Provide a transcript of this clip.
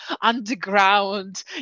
underground